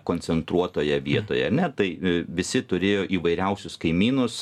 koncentruotoje vietoje ne tai visi turėjo įvairiausius kaimynus